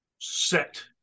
set